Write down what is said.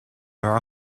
are